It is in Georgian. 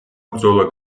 ბრძოლა